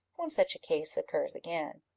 when such a case occurs again.